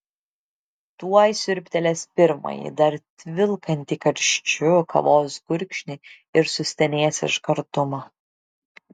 tuoj siurbtelės pirmąjį dar tvilkantį karščiu kavos gurkšnį ir sustenės iš gardumo